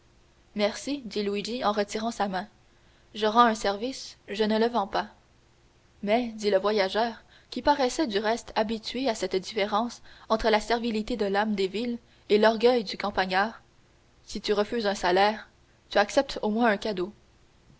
merci dit luigi en retirant sa main je rends un service je ne le vends pas mais dit le voyageur qui paraissait du reste habitué à cette différence entre la servilité de l'homme des villes et l'orgueil du campagnard si tu refuses un salaire tu acceptes au moins un cadeau